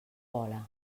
vola